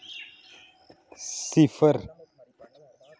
सिफर